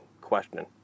question